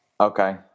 okay